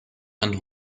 and